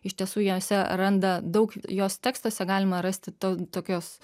iš tiesų juose randa daug jos tekstuose galima rasti ten tokios